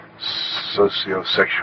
socio-sexual